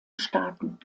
staaten